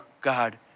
God